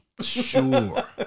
sure